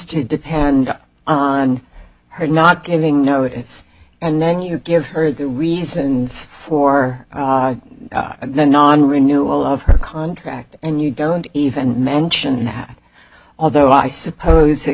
to depend on her not giving notice and then you give her reasons for the non renewal of her contract and you don't even mention that although i suppose it